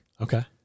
Okay